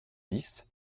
dix